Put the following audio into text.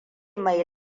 mai